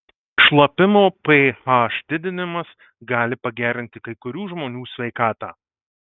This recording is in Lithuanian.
šlapimo ph didinimas gali pagerinti kai kurių žmonių sveikatą